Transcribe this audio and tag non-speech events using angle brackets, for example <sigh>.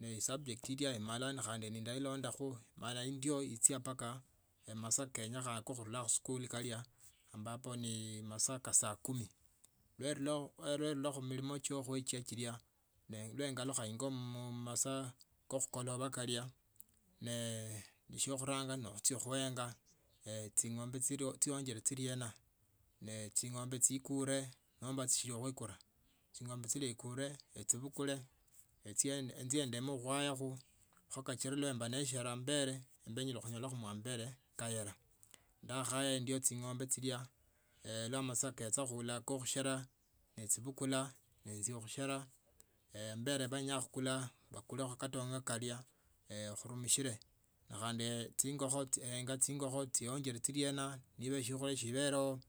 nesubject ilya imala ne khandi ilondakho mala ndyo ichia mpaka mmasa kenyekha khunula khuchia khusikuli ne kalia ambapo ni masaa kaa saa kumi <hesitation> nenula khumiliono chya khuekia chila ne nengalukha ingo masaa kaa kukoloba kalya ne shiakhuyanga no khuenga <hesitation> ching'ombe chinyongile chinena ne ching'ombe chikune nomba sichili khuekuna. ching'ombe chili ekune echibukule enjie ndumu ihuayakho mbe enyala khuyobakha ambele kaala nidauhayi mbwo ching'ombe chilya <hesitation> bula masaa kecha khuola ka khushera nechibukula bakaile katonga kalia <hesitation> khurumishile ne kho ndi enga chingokho chiongolie chire na niba shiokhulia shiweleo.